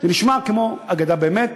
זה נשמע כמו אגדה באמת